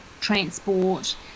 transport